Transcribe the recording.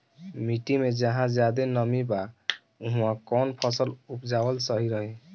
मिट्टी मे जहा जादे नमी बा उहवा कौन फसल उपजावल सही रही?